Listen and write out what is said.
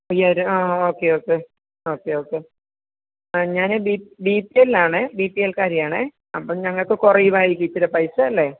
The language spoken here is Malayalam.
ഈയൊരു ആ ഓക്കെ ഓക്കെ ഓക്കെ ഓക്കെ ആ ഞാൻ ബി ബി പി എൽ ആണ് ബി പി എൽകാരിയാണ് അപ്പം ഞങ്ങൾക്ക് കുറയുമായിരിക്കും ഇത്തിരി പൈസ അല്ലേ